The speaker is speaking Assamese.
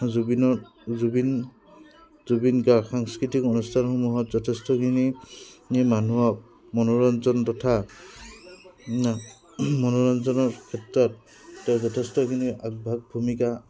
জুবিনৰ জুবিন জুবিন গাৰ্গ সাংস্কৃতিক অনুষ্ঠানসমূহত যথেষ্টখিনি মানুহক মনোৰঞ্জন তথা মনোৰঞ্জনৰ ক্ষেত্ৰত তেওঁ যথেষ্টখিনি আগভাগ ভূমিকা